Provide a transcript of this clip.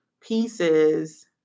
pieces